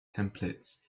templates